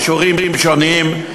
אישורים שונים,